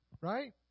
Right